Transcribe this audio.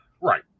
Right